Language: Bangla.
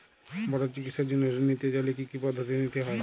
বড় চিকিৎসার জন্য ঋণ নিতে চাইলে কী কী পদ্ধতি নিতে হয়?